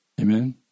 Amen